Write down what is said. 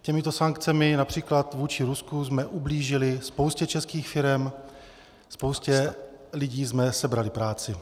Těmito sankcemi např. vůči Rusku jsme ublížili spoustě českých firem, spoustě lidí jsme sebrali práci.